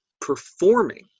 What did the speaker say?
performing